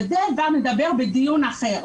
אבל על זה נדבר כבר בדיון אחר.